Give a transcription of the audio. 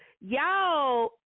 y'all